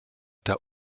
der